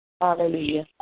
hallelujah